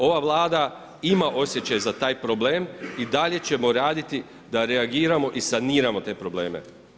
Ova Vlada ima osjećaj za taj problem i dalje ćemo raditi da reagiramo i saniramo te probleme.